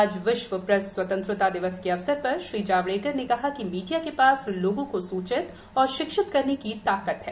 आज विश्व प्रेस स्वतंत्रता दिवस के अवसर पर श्री जावड़ेकर ने कहा कि मीडिया के पास लोगों को सूचित और शिक्षित करने की ताकत है